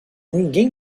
ninguém